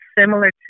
similar